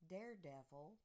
Daredevil